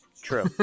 true